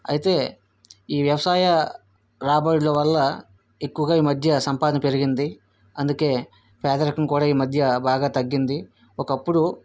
అయితే ఈ వ్యవసాయ రాబడుల వల్ల ఎక్కువగా ఈ మధ్య సంపాదన పెరిగింది అందుకే పేదరికం కూడా ఈ మధ్య బాగా తగ్గింది ఒకప్పుడు